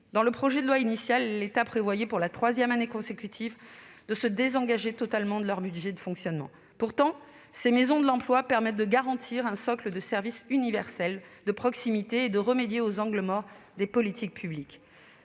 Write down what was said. Dans le projet de loi de finances initial, l'État prévoyait, pour la troisième année consécutive, de se désengager totalement du budget de fonctionnement de ces maisons, qui pourtant garantissent un socle de services universels de proximité et remédient aux angles morts des politiques publiques.